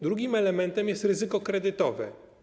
Drugim elementem jest ryzyko kredytowe.